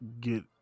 get